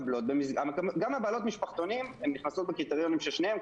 גם בעלות המשפחתונים הן נכנסות בקריטריונים של שניהם,